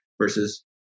versus